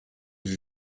sie